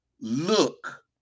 look